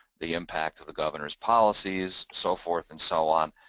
the impact of the governor's policies, so forth and so on.